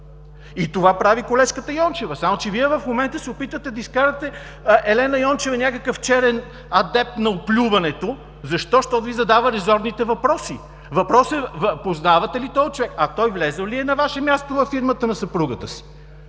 и това прави колежката Йончева. Само че Вие в момента се опитвате да изкарате Елена Йончева някакъв черен адепт на оплюването. Защо? Защото Ви задава резонните въпроси. Въпросът е: познавате ли този човек? А той влязъл ли е на Ваша място във фирмата на съпругата си?